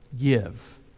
give